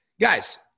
Guys